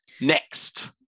Next